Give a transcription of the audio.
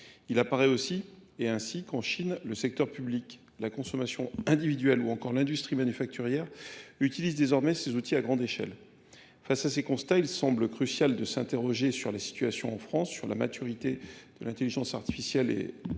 Il apparaît aussi et ainsi qu'en Chine, le secteur public, la consommation individuelle ou encore l'industrie manufacturière utilise désormais ces outils à grande échelle. Face à ces constats, il semble crucial de s'interroger sur les situations en France, sur la maturité de l'intelligence artificielle et de ses